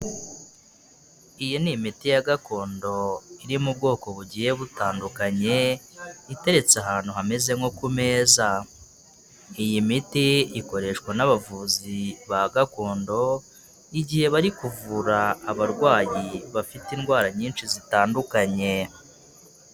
Iyi ni imiti ya gakondo iri mu bwoko bugiye butandukanye itetse ahantu hameze nko ku meza, iyi miti ikoreshwa n'abavuzi ba gakondo igihe bari kuvura abarwayi bafite indwara nyinshi zitandukanye.